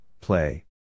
play